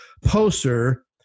poster